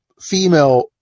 female